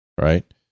right